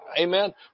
Amen